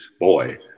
boy